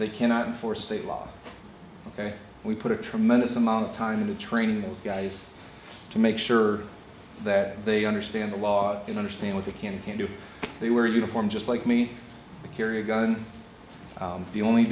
they cannot enforce state law ok we put a tremendous amount of time into training those guys to make sure that they understand the law and understand what they can and can't do they wear uniform just like me to carry a gun the only